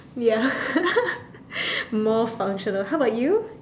ya more functional how about you